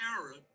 Aaron